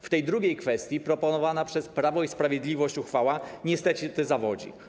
W tej drugiej kwestii proponowana przez Prawo i Sprawiedliwość uchwała niestety zawodzi.